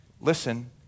Listen